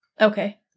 Okay